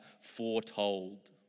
foretold